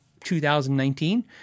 2019